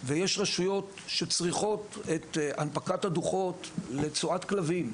ויש רשויות שצריכות את הנפקת הדו"חות לצואת כלבים,